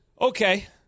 Okay